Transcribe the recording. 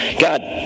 God